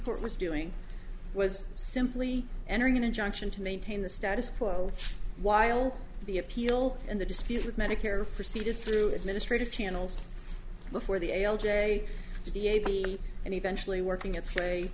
court was doing was simply entering an injunction to maintain the status quo while the appeal and the disputes with medicare proceeded through administrative channels before the a l j d a b and eventually working its way